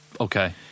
Okay